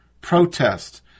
Protest